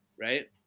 right